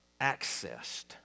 accessed